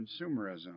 consumerism